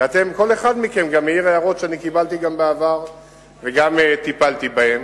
וכל אחד מכם גם העיר הערות שקיבלתי בעבר וטיפלתי בהן.